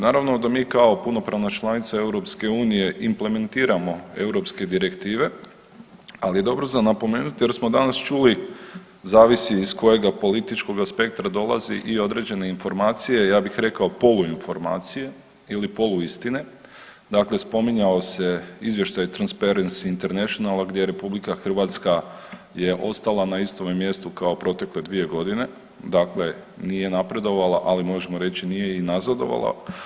Naravno da mi kao punopravna članica EU implementiramo europske direktive, ali je dobro za napomenuti jer smo danas čuli zavisi iz kojega političkoga spektra dolaze i određene informacije, ja bih polu informacije ili poluistine, dakle spominjao se izvještaj Transparency International gdje RH je ostala na istome mjestu kao protekle dvije godine, dakle nije napredovala, ali možemo reći nije i nazadovala.